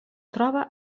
troba